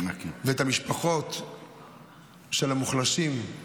ואת המשפחות של המוחלשים.